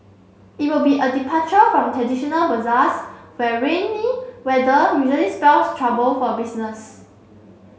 it will be a departure from traditional bazaars where rainy weather usually spells trouble for business